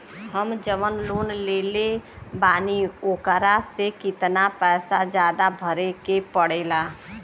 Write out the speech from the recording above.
हम जवन लोन लेले बानी वोकरा से कितना पैसा ज्यादा भरे के पड़ेला?